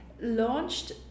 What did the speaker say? launched